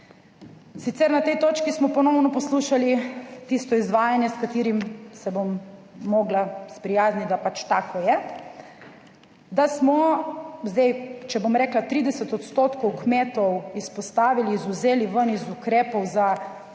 Sicer na tej točki smo ponovno poslušali tisto izvajanje, s katerim se bom mogla sprijazniti, da pač tako je, da smo zdaj, če bom rekla, 30 odstotkov kmetov izpostavili, izvzeli ven iz ukrepov za pomoč